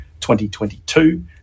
2022